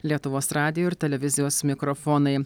lietuvos radijo ir televizijos mikrofonai